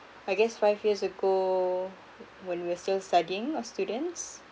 I guess five years ago when we are still studying or students